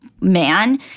man